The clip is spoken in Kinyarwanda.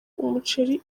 umuceri